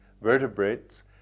vertebrates